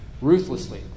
ruthlessly